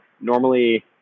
Normally